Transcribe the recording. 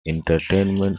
entertainment